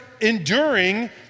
enduring